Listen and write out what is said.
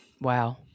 Wow